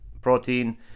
protein